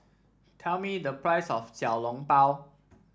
tell me the price of Xiao Long Bao